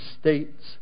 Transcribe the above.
States